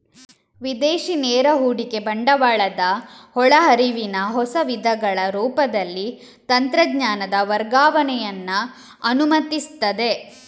ವಿದೇಶಿ ನೇರ ಹೂಡಿಕೆ ಬಂಡವಾಳದ ಒಳ ಹರಿವಿನ ಹೊಸ ವಿಧಗಳ ರೂಪದಲ್ಲಿ ತಂತ್ರಜ್ಞಾನದ ವರ್ಗಾವಣೆಯನ್ನ ಅನುಮತಿಸ್ತದೆ